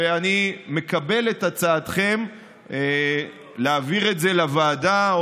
ואני מקבל את הצעתכם להעביר את זה לוועדה,